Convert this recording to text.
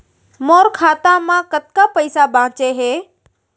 मोर खाता मा कतका पइसा बांचे हे?